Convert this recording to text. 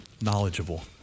knowledgeable